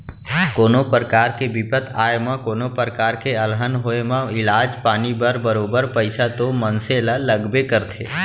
कोनो परकार के बिपत आए म कोनों प्रकार के अलहन होय म इलाज पानी बर बरोबर पइसा तो मनसे ल लगबे करथे